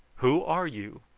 who are you?